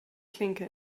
klinke